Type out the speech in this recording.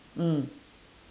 mm